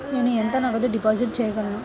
నేను ఎంత నగదు డిపాజిట్ చేయగలను?